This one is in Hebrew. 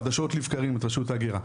חדשות לבקרים את רשות ההגירה,